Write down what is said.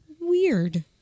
Weird